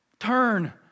Turn